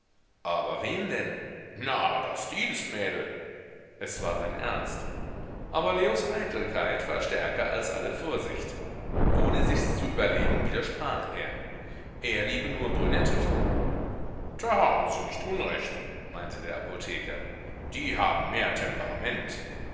aber wen denn na das dienstmädel es war sein ernst aber leos eitelkeit war stärker als alle vorsicht ohne sichs zu überlegen widersprach er er liebe nur brünette frauen da haben sie nicht unrecht meinte der apotheker die haben mehr temperament